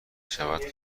شود